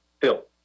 Phil